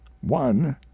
one